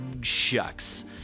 shucks